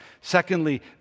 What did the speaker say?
Secondly